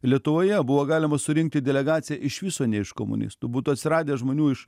lietuvoje buvo galima surinkti delegaciją iš viso ne iš komunistų būtų atsiradę žmonių iš